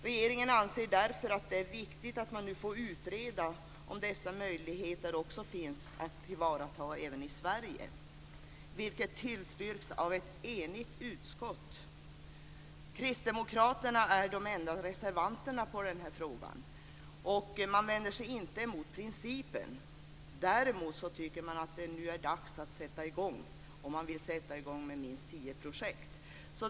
Regeringen anser därför att det är viktigt att man får utreda om dessa möjligheter finns att tillvarata även i Sverige, vilket tillstyrks av ett enigt utskott. Kristdemokraterna är de enda reservanterna i den här frågan, och man vänder sig inte mot principen. Däremot tycker man att det nu är dags att sätta i gång, och man vill sätta i gång med minst tio projekt.